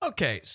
Okay